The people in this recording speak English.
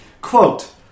Quote